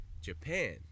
Japan